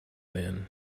then